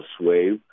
wave